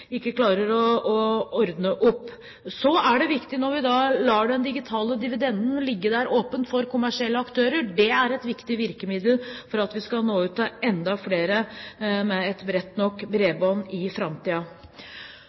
ikke klarer å ordne opp. Når vi da lar den digitale dividenden ligge der åpent for kommersielle aktører, er det et viktig virkemiddel for at vi skal nå ut til enda flere med et bredt nok